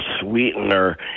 sweetener